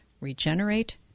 Regenerate